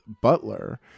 Butler